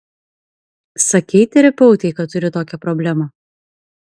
sakei terapeutei kad turi tokią problemą